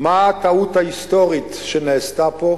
מה הטעות ההיסטורית שנעשתה פה,